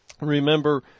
Remember